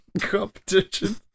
Competition